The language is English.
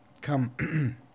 come